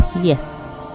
yes